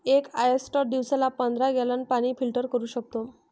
एक ऑयस्टर दिवसाला पंधरा गॅलन पाणी फिल्टर करू शकतो